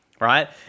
right